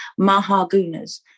Mahagunas